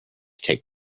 take